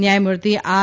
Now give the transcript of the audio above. ન્યાયમૂર્તિ આર